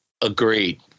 Agreed